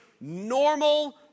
normal